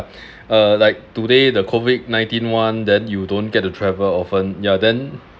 uh like today the COVID nineteen one then you don't get to travel often ya then